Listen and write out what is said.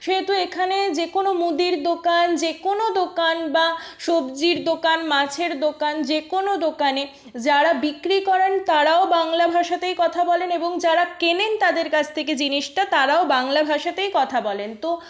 সেহেতু এখানে যেকোনো মুদির দোকান যেকোনো দোকান বা সবজির দোকান মাছের দোকান যেকোনো দোকানে যারা বিক্রি করেন তারাও বাংলা ভাষাতেই কথা বলেন এবং যারা কেনেন তাদের কাছ থেকে জিনিসটা তারাও বাংলা ভাষাতেই কথা বলেন তো